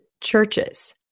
churches